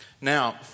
Now